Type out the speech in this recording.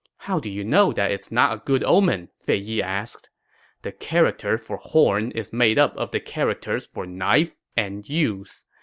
how do you know that it's not a good omen? fei yi asked the character for horn is made up of the characters for knife and use.